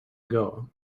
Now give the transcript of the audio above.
ago